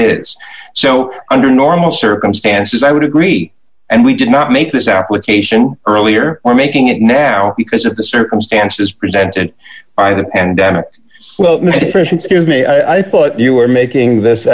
is so under normal circumstances i would agree and we did not make this application earlier or making it now because of the circumstances presented by that and emma deficiency of me i thought you were making this